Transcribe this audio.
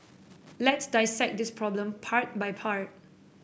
let's dissect this problem part by part